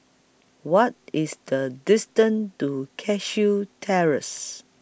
What IS The distance to Cashew Terrace